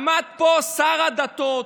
עמד פה שר הדתות,